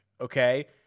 okay